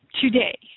today